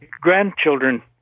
grandchildren